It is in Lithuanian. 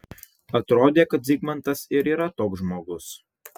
atrodė kad zigmantas ir yra toks žmogus